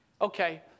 Okay